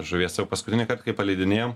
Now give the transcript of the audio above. žuvies jau paskutinįkart kai paleidinėjom